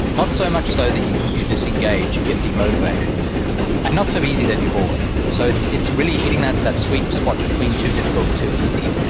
not so much so that you you disengage, you get demotivated, and not so easy that you're bored. so it's it's really hitting that that sweet spot between too difficult and too easy,